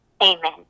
Amen